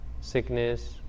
Sickness